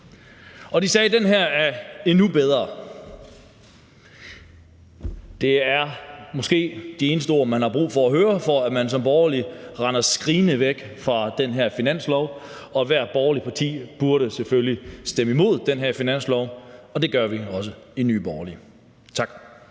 og de har sagt, at den her er endnu bedre. Det er måske de eneste ord, man har brug for at høre, for at man som borgerlig render skrigende væk fra den her finanslov, og ethvert borgerligt parti burde selvfølgelig stemme imod den her finanslov. Det gør vi også i Nye Borgerlige. Tak.